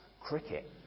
cricket